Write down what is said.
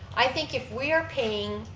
i think if we're paying,